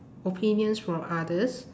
opinions from others